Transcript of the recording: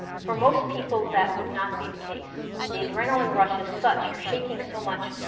for most people that would not be the case. the adrenaline rush is such, you're shaking so much.